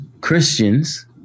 Christians